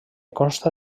consta